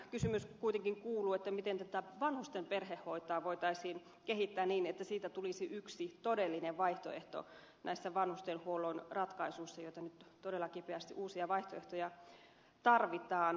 kysymys kuitenkin kuuluu miten tätä vanhusten perhehoitoa voitaisiin kehittää niin että siitä tulisi yksi todellinen vaihtoehto näissä vanhustenhuollon ratkaisuissa joissa nyt todella kipeästi uusia vaihtoehtoja tarvitaan